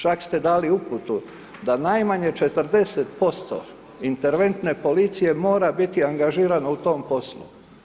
Čak ste dali uputu, da najmanje 40% interventne policije mora biti angažirano u tom poslu.